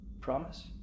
Promise